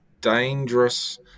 dangerous